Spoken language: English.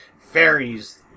fairies